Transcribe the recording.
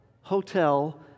Hotel